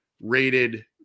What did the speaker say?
rated